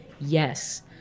yes